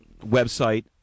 website